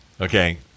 Okay